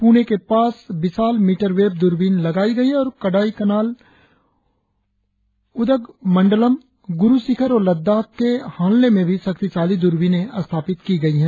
पुणे के पास विशाल मीटर वेव दूरबीन लगाई गई है और कोडईकनाल उदगमंडलम गुरु शिखर और लद्दाख के हानले में भी शक्तिशाली दूरबीनें स्थापित की गई है